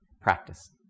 practice